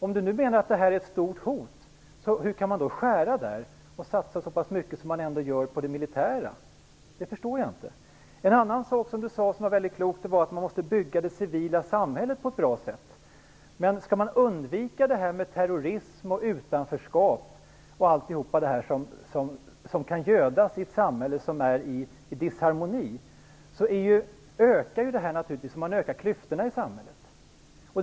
Om nu detta är ett stort hot undrar jag hur man kan skära där och satsa så mycket på det militära. Det förstår jag inte. En sak som Iréne Vestlund sade som var mycket klokt var att man måste bygga det civila samhället på ett bra sätt. Om man skall undvika terrorism, utanförskap och allt det som kan gödas i ett samhälle som är i disharmoni måste man inse att detta ökar om klyftorna i samhället ökar.